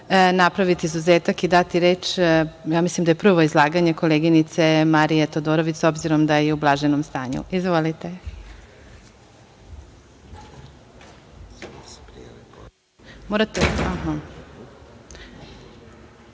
napraviti izuzetak i dati reč, ja mislim da je prvo izlaganje, koleginici Mariji Todorović, s obzirom da je u blaženom stanju. Izvolite.